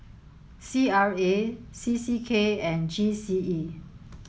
C R A C C K and G C E